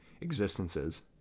existences